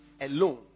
alone